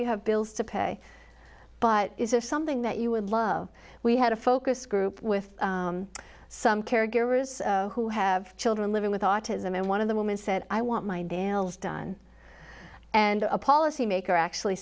you have bills to pay but is there something that you would love we had a focus group with some caregivers who have children living with autism and one of the woman said i want my nails done and a policy maker actually